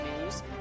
News